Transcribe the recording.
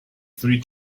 three